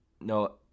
No